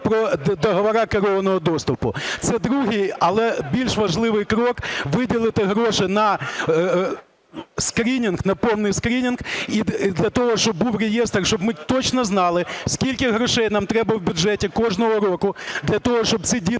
про договори керованого доступу. Це другий, але більш важливий крок, – виділити гроші на повний скринінг і для того, щоб був реєстр, щоб ми точно знали, скільки грошей нам треба в бюджеті кожного року для того, щоб ці діти